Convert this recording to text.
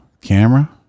camera